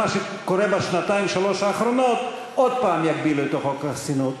בגלל מה שקורה בשנתיים-שלוש האחרונות עוד פעם יגבילו את חוק החסינות.